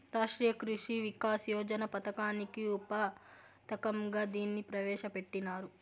రాష్ట్రీయ కృషి వికాస్ యోజన పథకానికి ఉప పథకంగా దీన్ని ప్రవేశ పెట్టినారు